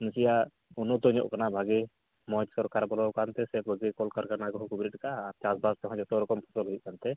ᱱᱟᱥᱮᱱᱟᱜ ᱩᱱᱱᱚᱛᱚ ᱟᱠᱟᱱᱟ ᱵᱷᱟᱜᱮ ᱢᱚᱡᱽ ᱥᱚᱨᱠᱟᱨᱮ ᱵᱚᱞᱚ ᱟᱠᱟᱱ ᱛᱮ ᱥᱮ ᱠᱚᱡᱮ ᱠᱚᱞᱠᱟᱨᱠᱷᱟᱱᱟ ᱠᱚ ᱵᱮᱨᱮᱫ ᱟᱠᱟᱫᱟ ᱟᱨ ᱪᱟᱥ ᱵᱟᱥ ᱠᱚᱦᱚᱸ ᱡᱚᱛᱚ ᱨᱚᱠᱚᱢ ᱯᱷᱚᱥᱚᱞ ᱦᱩᱭᱩᱜ ᱠᱟᱱᱛᱮ